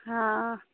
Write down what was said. हँ